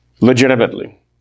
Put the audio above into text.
Legitimately